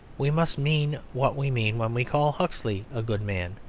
we must mean what we mean when we call huxley a good man,